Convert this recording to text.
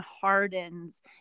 hardens